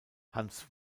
hans